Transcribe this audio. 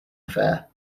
affair